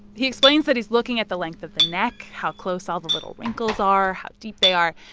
he explains that he's looking at the length of the neck, how close all the little wrinkles are, how deep they are.